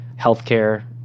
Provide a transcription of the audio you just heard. Healthcare